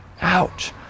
Ouch